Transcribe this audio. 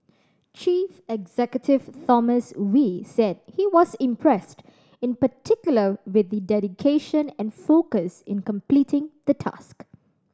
chief executive Thomas Wee said he was impressed in particular with the dedication and focus in completing the task